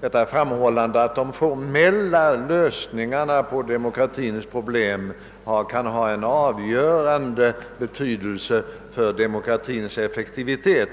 Han har framhållit att de formella lösningarna på demokratins problem kan ha en avgörande betydelse för demokratins effektivitet